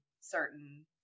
certain